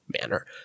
manner